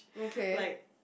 okay